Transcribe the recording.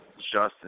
Justin